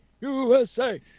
usa